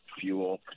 fuel